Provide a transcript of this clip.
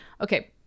okay